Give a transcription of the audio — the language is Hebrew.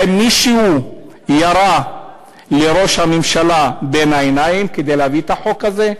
האם מישהו ירה לראש הממשלה בין העיניים כדי להביא את החוק הזה?